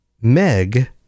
Meg